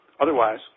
otherwise